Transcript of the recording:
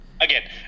again